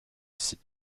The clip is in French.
site